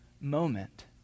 moment